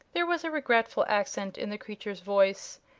there was a regretful accent in the creature's voice,